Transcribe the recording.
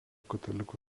katalikų